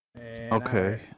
Okay